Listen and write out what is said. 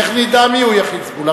איך נדע מי זה יחידי סגולה?